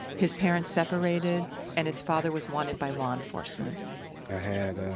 his parents separated and his father was wanted by law enforcement i had